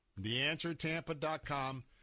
Theanswertampa.com